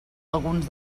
alguns